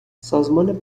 سازمان